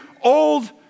old